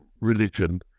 religion